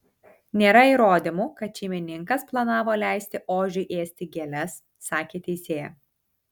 nėra įrodymų kad šeimininkas planavo leisti ožiui ėsti gėles sakė teisėja